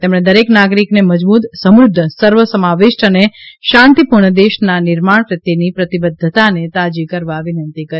તેમણે દરેક નાગરિકને મજબૂત સમૃદ્ધ સર્વ સમાવિષ્ટ અને શાંતિપૂર્ણ દેશના નિર્માણ પ્રત્યેની પ્રતિબદ્ધતાને તાજી કરવા વિનંતી કરી